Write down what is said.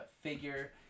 figure